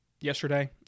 yesterday